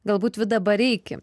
galbūt vidą bareikį